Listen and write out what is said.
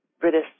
British